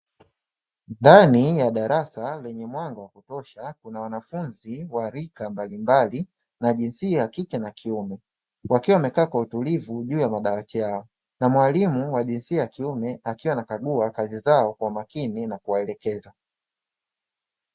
Ndani ya darasa lenye mwanga wa kutosha, kuna wanafunzi wa rika mbalimbali wa jinsia ya kike na kiume, wakiwa wamekaa kwa utulivu juu ya madawati yao, na mwalimu wa jinsia ya kiume akiwa anakagua kazi zao kwa umakini na kuwaelekeza.